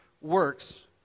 works